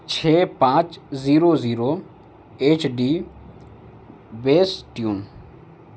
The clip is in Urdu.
چھ پانچ زیرو زیرو ایچ ڈی بیس ٹیون